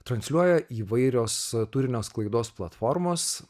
transliuoja įvairios turinio sklaidos platformos